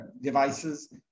devices